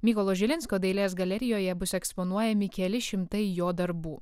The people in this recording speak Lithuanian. mykolo žilinsko dailės galerijoje bus eksponuojami keli šimtai jo darbų